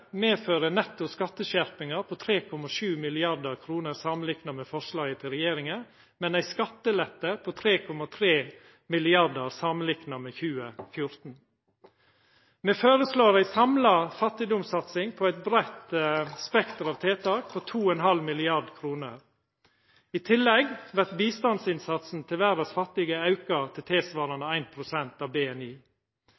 medfører netto skatteskjerpingar på 3,7 mrd. kr, samanlikna med forslaget til regjeringa, men ein skattelette på 3,3 mrd. kr samanlikna med 2014. Me føreslår ei samla fattigdomssatsing, med eit bredt spekter av tiltak, på 2,5 mrd. kr. I tillegg vert bistandsinnsatsen til verdas fattige auka,